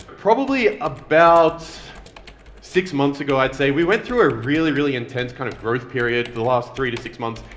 probably about six months ago i'd say, we went through a really really intense kind of growth period, for the last three to six months,